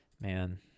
Man